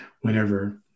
whenever